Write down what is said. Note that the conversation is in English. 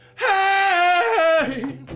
hey